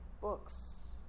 books